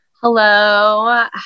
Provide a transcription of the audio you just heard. Hello